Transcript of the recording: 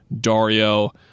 Dario